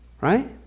Right